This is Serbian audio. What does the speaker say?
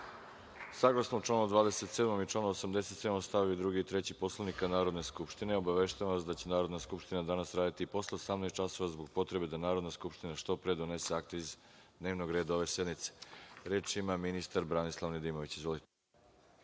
članu 27. i članu 87. stav 2. i 3. Poslovnika Narodne skupštine, obaveštavam vas da će Narodna skupština danas raditi i posle 18,00 časova, zbog potrebe da Narodna skupština što pre donese akta iz dnevnog reda ove sednice. Reč ima ministar Branislav Nedimović. Izvolite.